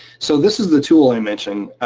so this is the tool i mentioned.